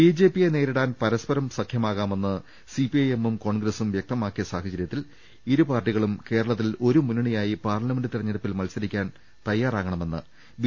ബിജെപിയെ നേരിടാൻ പരസ്പരം സഖ്യമാകാമെന്ന് സിപിഐ എമ്മും കോൺഗ്രസും വ്യക്തമാക്കിയ സാഹചര്യത്തിൽ ഇരുപാർട്ടി കളും കേരളത്തിലും ഒരു മുന്നണിയായി പാർലമെന്റ് തെരഞ്ഞെ ടുപ്പിൽ മത്സരിക്കാൻ തയാറാകണമെന്ന് ബി